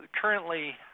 Currently